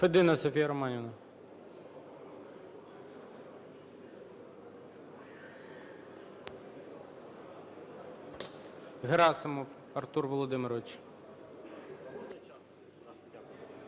Федина Софія Романівна. Герасимов Артур Володимирович.